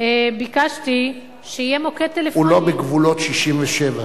ביקשתי שיהיה מוקד טלפוני, הוא לא בגבולות 67',